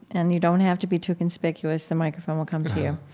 and you don't have to be too conspicuous, the microphone will come to you.